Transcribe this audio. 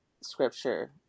scripture